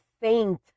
saint